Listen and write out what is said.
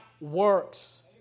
works